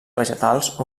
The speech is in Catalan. vegetals